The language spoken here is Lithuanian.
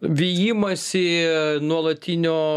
vijimąsi nuolatinio